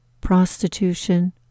prostitution